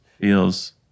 feels